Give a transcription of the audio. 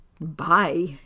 Bye